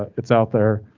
it's out there,